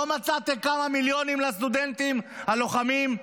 לא מצאתם כמה מיליונים לסטודנטים הלוחמים?